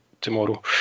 tomorrow